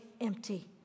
empty